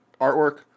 artwork